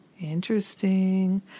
Interesting